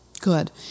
Good